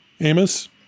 Amos